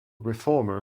reformer